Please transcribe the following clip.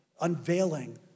unveiling